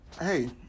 Hey